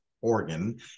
Oregon